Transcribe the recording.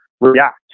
react